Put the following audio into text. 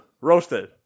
Roasted